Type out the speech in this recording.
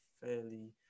fairly